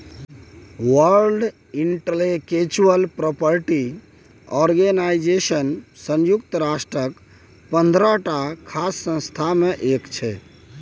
world intellectual property organisation संयुक्त राष्ट्रक पंद्रहटा खास संस्था मे एक छै